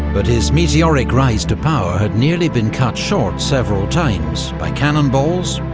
but his meteoric rise to power had nearly been cut short several times by cannonballs,